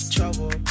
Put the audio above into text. Trouble